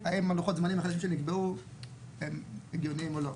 האם לוחות הזמנים שנקבעו הם הגיוניים או לא.